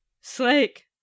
Slake